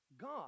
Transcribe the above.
God